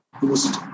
boost